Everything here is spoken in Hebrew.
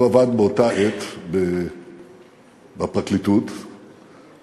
הוא עבד באותה עת בפרקליטות בתל-אביב.